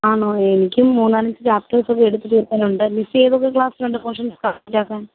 ആണോ എനിക്ക് മൂന്നാലഞ്ച് ചാപ്റ്റേഴ്സ് ഒക്കെ എടുത്ത് തീർക്കാനുണ്ട് മിസ് ഏതൊക്കെ ക്ലാസ്സിലുണ്ട് പോഷൻസ് കംപ്ലീറ്റ് ആക്കാൻ